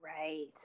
Right